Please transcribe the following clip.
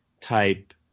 type